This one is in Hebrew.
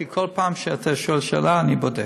כי כל פעם שאתה שואל שאלה אני בודק.